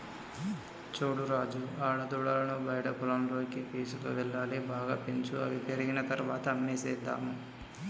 చూడు రాజు ఆడదూడలను బయట పొలాల్లోకి తీసుకువెళ్లాలి బాగా పెంచు అవి పెరిగిన తర్వాత అమ్మేసేద్దాము